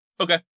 okay